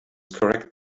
correct